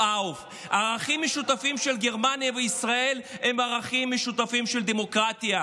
הערכים המשותפים של גרמניה וישראל הם ערכים משותפים של דמוקרטיה.